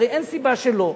הרי אין סיבה שלא.